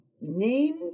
Name